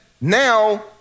now